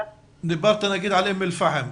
דיברת נגיד על אום אל פאחם.